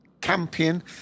Campion